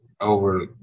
over